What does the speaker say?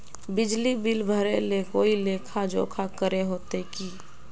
बिजली बिल भरे ले कोई लेखा जोखा करे होते की?